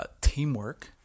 teamwork